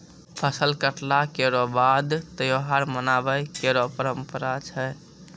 फसल कटला केरो बाद त्योहार मनाबय केरो परंपरा छै